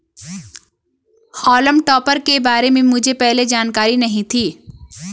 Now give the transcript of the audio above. हॉल्म topper के बारे में मुझे पहले जानकारी नहीं थी